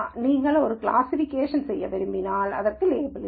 நீங்கள் ஒரு கிளாசிஃபிகேஷன் செய்ய விரும்பினால் இதற்கு லேபிள் இல்லை